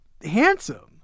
handsome